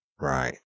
Right